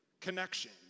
connection